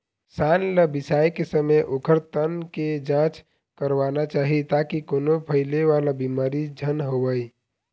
सांड ल बिसाए के समे ओखर तन के जांच करवाना चाही ताकि कोनो फइले वाला बिमारी झन होवय